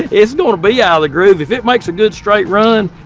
it's going to be out of the groove. if it makes a good straight run,